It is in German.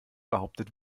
behauptet